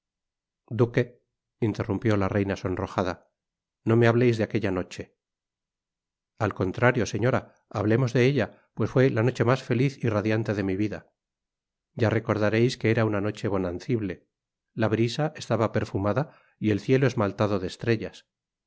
interrumpió la reina sonrojada no me hableis de aquella noche al contrario señora hablemos de ella pues fué la noche mas feliz y radiante de mi vida ya recordareis que era una noche bonancible la brisa estaba perfumada y el cielo esmaltado de estrellas